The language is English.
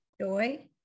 joy